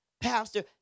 Pastor